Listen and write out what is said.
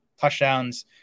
touchdowns